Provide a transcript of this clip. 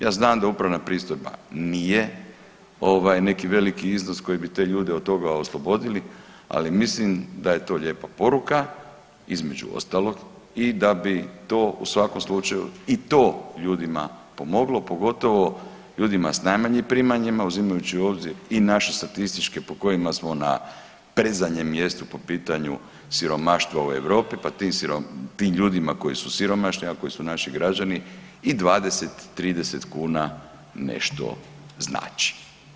Ja znam da upravna pristojba nije neki veliki iznos koji bi te ljude od toga oslobodili, ali mislim da je to lijepa poruka između ostalog i da bi to u svakom slučaju i to ljudima pomoglo, pogotovo ljudima s najmanjim primanjima uzimajući u obzir i naše statističke po kojima smo na predzadnjem mjestu po pitanju siromaštva u Europi pa tim ljudima koji su siromašni, a koji su naši građani i 20, 30 kuna nešto znači.